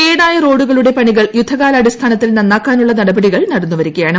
കേടായ റോഡുകളുടെ പണികൾ യുദ്ധകാലാടിസ്ഥാനത്തിൽ നന്നാക്കാനുള്ള നടപടികൾ നടന്നുവരികയാണ്